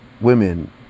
women